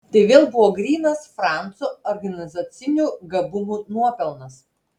tai vėl buvo grynas franco organizacinių gabumų nuopelnas